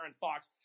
Fox